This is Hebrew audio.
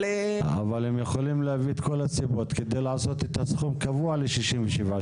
אבל הם יכולים להביא את כל הסיבות כדי לעשות את הסכום קבוע ל-67 שקלים.